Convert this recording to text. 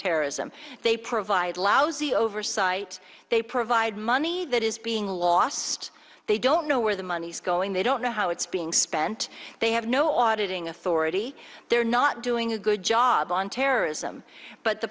terrorism they provide lousy oversight they provide money that is being lost they don't know where the money's going they don't know how it's being spent they have no audit ing authority they're not doing a good job on terrorism but the